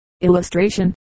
Illustration